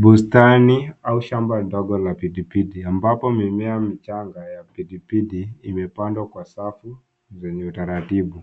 Bustani au shamba dogo la pidipidi ambapo mimea michanga ya pidipidi imepandwa kwa safu yenye utaratibu.